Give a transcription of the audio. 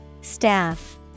Staff